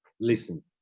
listen